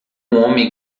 homem